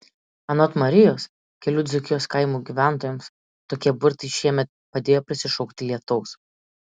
anot marijos kelių dzūkijos kaimų gyventojams tokie burtai šiemet padėjo prisišaukti lietaus